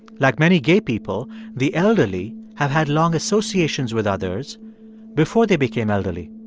like many gay people, the elderly have had long associations with others before they became elderly.